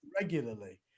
regularly